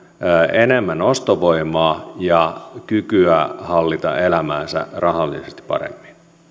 enemmän ostovoimaa ja kykyä hallita elämäänsä rahallisesti paremmin